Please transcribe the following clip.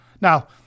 Now